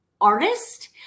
artist